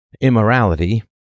immorality